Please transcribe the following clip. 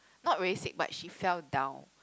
not really sick but she fell down